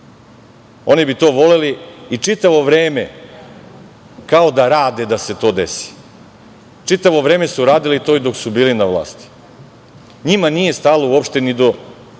Oni bi to voleli i čitavo vreme kao da rade da se to desi. Čitavo vreme su radili to i dok su bili na vlasti. Njima nije stalo uopšte ni do